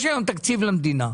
יש היום תקציב למדינה.